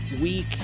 week